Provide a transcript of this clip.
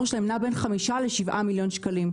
הם בעלי מחזור שנע 5 מיליון ₪ ל-7 מיליון ₪.